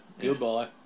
Goodbye